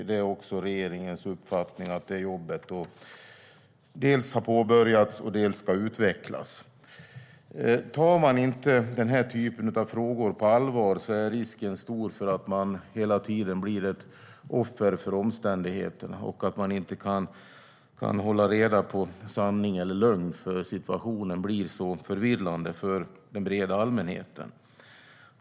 Det är regeringens uppfattning att det jobbet dels har påbörjats, dels ska utvecklas. Tar man inte den här typen av frågor på allvar är risken stor att man hela tiden blir ett offer för omständigheterna och att man inte kan hålla reda på sanning eller lögn. Situationen blir förvillande för den breda allmänheten.